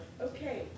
Okay